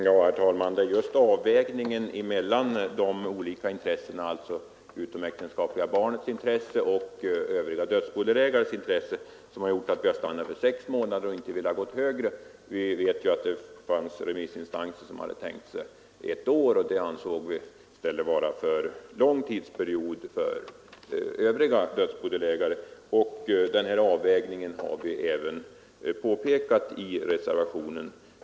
Herr talman! Det är just avvägningen mellan de olika intressena — de utomäktenskapliga barnens intresse och övriga dödsbodelägares intressen — som gjort att vi stannat för sex månader och inte velat gå längre. Det fanns remissinstanser som föreslog ett år, men det ansåg vi ur övriga dödsbodelägares synpunkt vara en alltför lång tidsperiod. Detta har vi påpekat i reservationen.